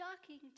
shocking